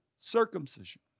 circumcision